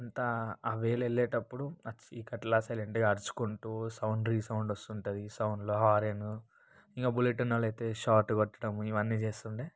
అంతా ఆ వేలో వెళ్ళేటప్పుడు ఆ చీకట్ల సైలెంట్గా అర్చుకుంటూ సౌండ్ రీసౌండ్ వస్తుంటుంది సౌండ్ల హరెన్ ఇంక బుల్లెట్టు ఉన్నవాళ్ళు అయితే షార్ట్ కొట్టడం ఇవన్నీ చేస్తుండే